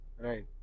Right